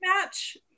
match